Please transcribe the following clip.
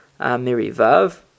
mirivav